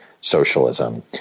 socialism